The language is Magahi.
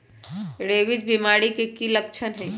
रेबीज बीमारी के कि कि लच्छन हई